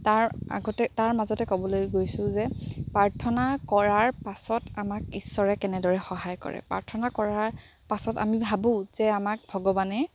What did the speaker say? তাৰ আগতে তাৰ মাজতে ক'বলৈ গৈছোঁ যে প্ৰাৰ্থনা কৰাৰ পাছত আমাক ঈশ্বৰে কেনেদৰে সহায় কৰে প্ৰাৰ্থনা কৰাৰ পাছত আমি ভাবোঁ যে আমাক ভগৱানে